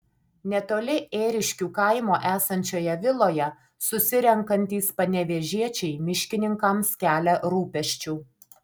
netoli ėriškių kaimo esančioje viloje susirenkantys panevėžiečiai miškininkams kelia rūpesčių